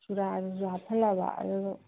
ꯆꯨꯔꯥ ꯅꯨꯡꯁꯨ ꯍꯥꯞꯍꯜꯂꯕ ꯑꯗꯨ